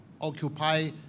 occupy